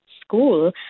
school